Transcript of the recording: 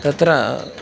तत्र